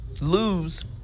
lose